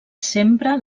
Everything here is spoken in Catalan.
sempre